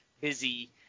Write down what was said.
busy